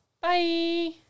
Bye